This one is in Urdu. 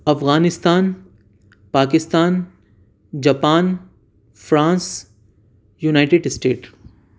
Afghanistan Pakistan Japan France united state